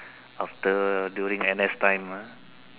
after during N_S time ah